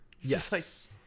Yes